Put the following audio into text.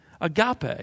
agape